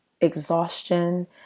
exhaustion